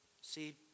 See